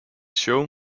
show